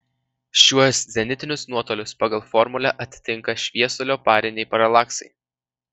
šiuos zenitinius nuotolius pagal formulę atitinka šviesulio pariniai paralaksai